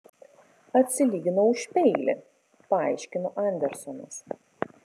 atsilyginau už peilį paaiškino andersonas